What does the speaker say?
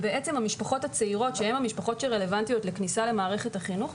המשפחות הצעירות שהן המשפחות הרלוונטיות לכניסה למערכת החינוך,